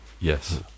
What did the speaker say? Yes